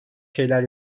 şeyler